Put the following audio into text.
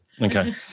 Okay